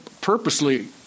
purposely